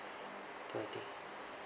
thirty